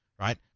right